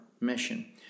mission